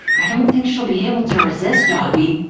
i don't think she'll be able to resist, auggie,